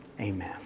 Amen